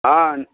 ಹಾಂ